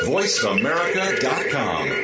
VoiceAmerica.com